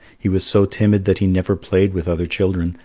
he was so timid that he never played with other children,